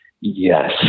Yes